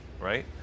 right